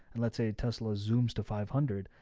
and let's say a tesla zooms to five hundred,